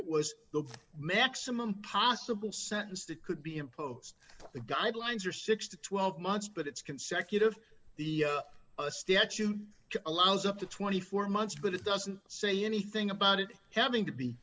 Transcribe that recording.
it was the maximum possible sentence that could be imposed the guidelines are six to twelve months but it's consecutive the a statute allows up to twenty four months but it doesn't say anything about it having to be